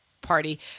party